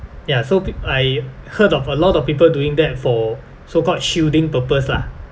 ya so I heard of a lot of people doing that for so called shielding purpose lah